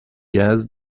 gaz